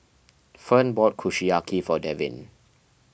Fern bought Kushiyaki for Devin